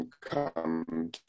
come